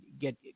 get